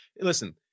listen